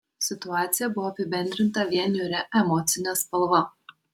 situacija buvo apibendrinta vien niūria emocine spalva